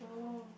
oh